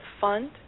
Fund